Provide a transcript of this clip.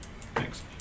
Thanks